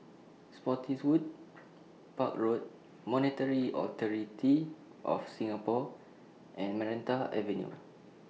Spottiswoode Park Road Monetary Authority of Singapore and Maranta Avenue